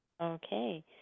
Okay